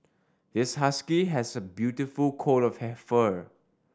this husky has a beautiful coat of fur